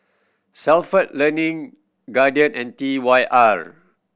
Stalford Learning Guardian and T Y R